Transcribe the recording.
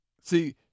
See